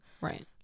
Right